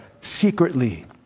secretly